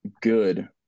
good